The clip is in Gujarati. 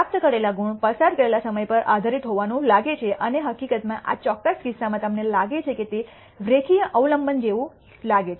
પ્રાપ્ત કરેલા ગુણ પસાર કરેલા સમય પર આધારિત હોવાનું લાગે છે અને હકીકતમાં આ ચોક્કસ કિસ્સામાં તમને લાગે છે કે તે રેખીય અવલંબન જેવું લાગે છે